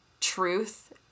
truth